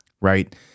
right